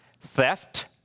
theft